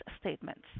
statements